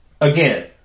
Again